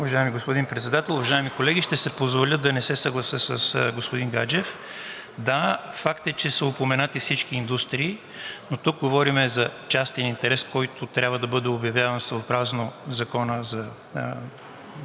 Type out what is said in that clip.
Уважаеми господин Председател, уважаеми колеги! Ще си позволя да не се съглася с господин Гаджев. Да, факт е, че са упоменати всички индустрии, но тук говорим за частен интерес, който трябва да бъде обявяван съобразно Закона за